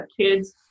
kids